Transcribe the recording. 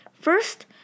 first